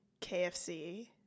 KFC